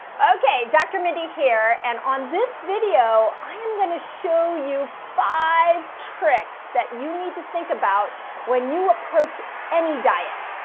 okay, dr. mindy here. and on this video, i am going to show you five tricks that you need to think about when you approach any diet.